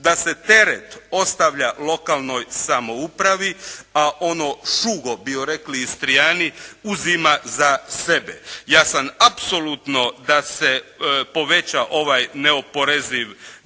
da se teret ostavlja lokalnoj samoupravi a ono šugo bi rekli Istrijani, uzima za sebe. Ja sam apsolutno da se poveća ovaj neoporeziv dio